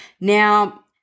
Now